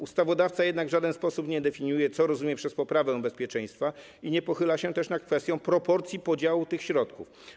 Ustawodawca jednak w żaden sposób nie definiuje, co rozumie przez poprawę bezpieczeństwa, i nie pochyla się też nad kwestią proporcji podziału tych środków.